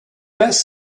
best